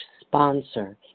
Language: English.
sponsor